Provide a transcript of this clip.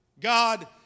God